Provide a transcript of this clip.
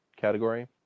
category